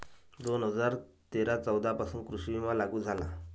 दोन हजार तेरा चौदा पासून कृषी विमा लागू झाला